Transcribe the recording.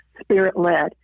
spirit-led